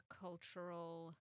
cultural